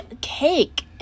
cake